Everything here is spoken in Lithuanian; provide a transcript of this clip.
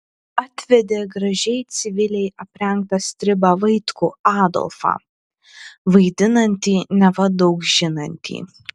atvedė gražiai civiliai aprengtą stribą vaitkų adolfą vaidinantį neva daug žinantį